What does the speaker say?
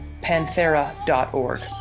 Panthera.org